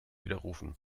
widerrufen